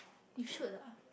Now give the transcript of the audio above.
you should lah